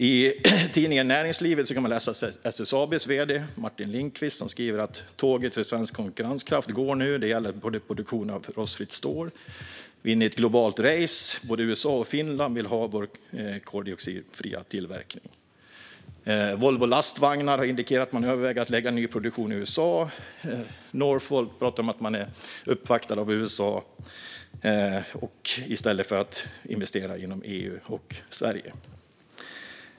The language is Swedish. I Tidningen Näringslivet kan man läsa att SSAB:s vd Martin Lindqvist säger: "Tåget för svensk konkurrenskraft går nu när det gäller produktionen av fossilfritt stål. Vi är mitt i ett globalt race. Både USA och Finland vill ha vår koldioxidfria tillverkning." Volvo Lastvagnar har indikerat att man överväger att lägga ny produktion i USA. Northvolt pratar om att man är uppvaktad av USA, som vill att man ska investera där i stället för i EU och Sverige.